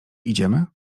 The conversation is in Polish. idziemy